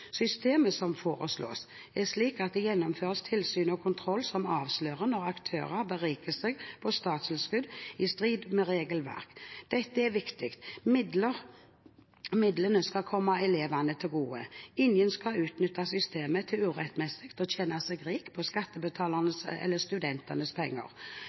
Systemet som foreslås, er slik at det gjennomføres tilsyn og kontroll som avslører når aktører beriker seg på statstilskudd, i strid med regelverket. Dette er viktig – midlene skal komme elevene til gode. Ingen skal utnytte systemet til urettmessig å tjene seg rik på skattebetalernes eller studentenes penger.